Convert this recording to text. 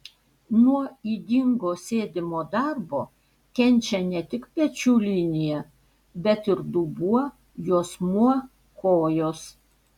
nuo ydingo sėdimo darbo kenčia ne tik pečių linija bet ir dubuo juosmuo kojos